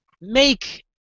Make